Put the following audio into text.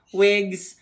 wigs